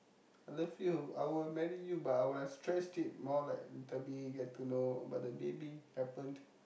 I love you I will marry you but I will have stressed it more like little bit get to know but the baby happened